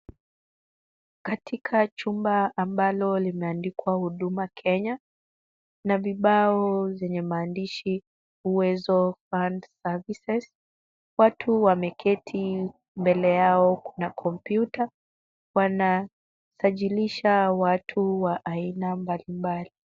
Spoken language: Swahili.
Katika chumba ambalo limeandikwa huduma Kenya, na vibao zenye maandishi Uwezo Fund Services, watu wameketi mbele yao kuna kompyuta, wanasajilisha watu wa aina mbalimbali.